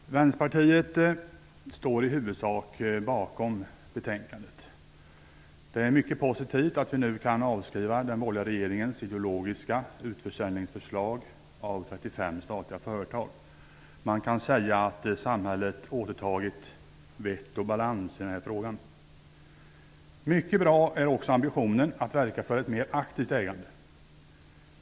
Fru talman! Vänsterpartiet står i huvudsak bakom betänkandet. Det är mycket positivt att vi nu kan avskriva den borgerliga regeringens ideologiska utförsäljningsförslag av 35 statliga företag. Man kan säga att samhället återtagit vett och balans i den här frågan. Mycket bra är också ambitionen att verka för ett mer aktivt ägande.